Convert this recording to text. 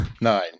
Nine